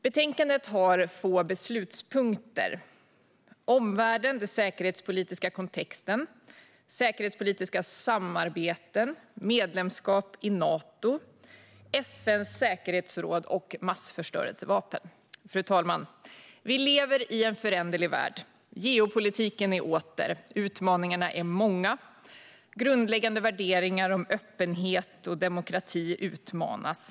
Betänkandet har få beslutspunkter: omvärlden, den säkerhetspolitiska kontexten, säkerhetspolitiska samarbeten, medlemskap i Nato, FN:s säkerhetsråd och massförstörelsevapen. Fru talman! Vi lever i en föränderlig värld. Geopolitiken är tillbaka. Utmaningarna är många. Grundläggande värderingar om demokrati och öppenhet utmanas.